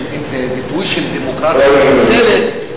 שאם זה ביטוי של דמוקרטיה נאצלת,